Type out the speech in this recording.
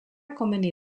komeni